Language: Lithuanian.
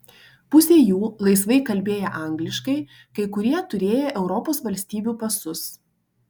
pusė jų laisvai kalbėję angliškai kai kurie turėję europos valstybių pasus